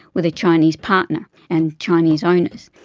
with a chinese partner and chinese owners.